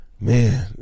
Man